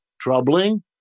troubling